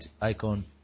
icon